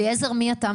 אליעזר, מי אתה?